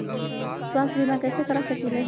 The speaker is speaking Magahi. स्वाथ्य बीमा कैसे करा सकीले है?